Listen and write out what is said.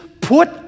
put